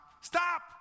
Stop